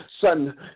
son